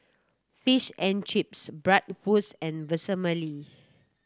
Fish and Chips Bratwurst and Vermicelli